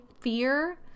fear